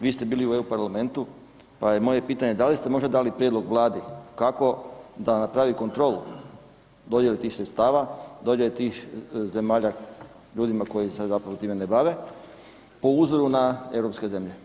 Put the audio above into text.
Vi ste bili u EU parlamentu, pa je moje pitanje da li ste možda dali prijedlog vladi kako da napravi kontrolu dodijele tih sredstava, dodijele tih zemalja ljudima koji se zapravo time ne bave po uzoru na europske zemlje?